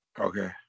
okay